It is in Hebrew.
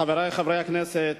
חברי חברי הכנסת,